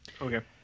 okay